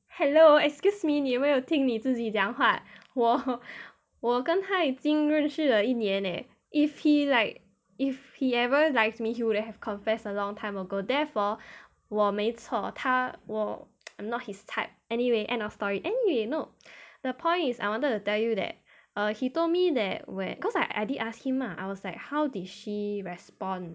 hello excuse me 你有没有听你自己讲话我 hor 我跟他已经认识了一年 leh if he like if he ever liked me he would have confessed a long time ago therefore 我没错他我 not his type anyway end of story anyway no the point is I wanted to tell you that uh he told me that we~ cause I did ask him ah how did she respond